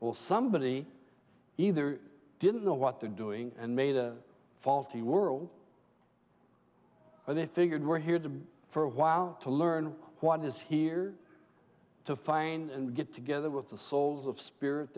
or somebody either didn't know what they're doing and made a faulty world or they figured we're here to for a while to learn what is here to find and get together with the souls of spirit